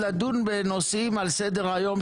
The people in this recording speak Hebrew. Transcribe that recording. גיוון שופטים בנושא המגדרי,